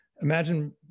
imagine